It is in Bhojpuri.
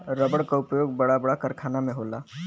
रबड़ क उपयोग बड़ा बड़ा कारखाना में होला